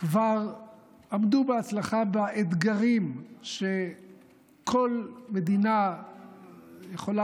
כבר עמדו בהצלחה באתגרים שכל מדינה יכולה